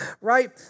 right